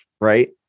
right